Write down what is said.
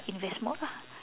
err invest more lah